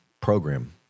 program